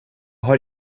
har